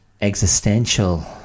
existential